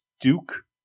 Duke